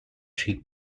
sheep